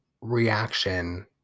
reaction